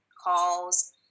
calls